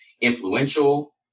influential